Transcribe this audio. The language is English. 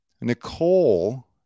Nicole